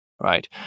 right